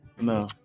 No